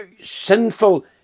Sinful